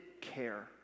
care